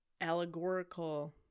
allegorical